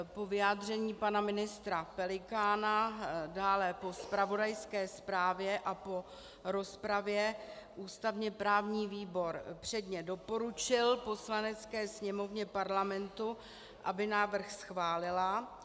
Po vyjádření pana ministra Pelikána, dále po zpravodajské zprávě a po rozpravě ústavněprávní výbor předně doporučil Poslanecké sněmovně Parlamentu, aby návrh schválila.